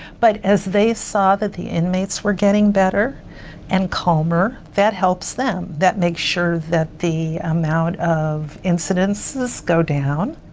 but as they saw that the inmates were getting better and calmer, that helps them. that makes sure that the amount of incidences go down.